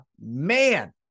man